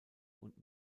und